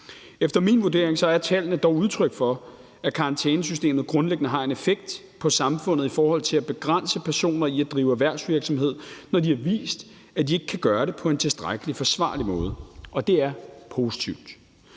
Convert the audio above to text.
Efter min vurdering er tallene dog udtryk for, at karantænesystemet grundlæggende har en effekt på samfundet i forhold til at begrænse personer i at drive erhvervsvirksomhed, når de har vist, at de ikke kan gøre det på en tilstrækkelig forsvarlig måde – og det er positivt.